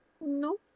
No